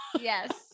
Yes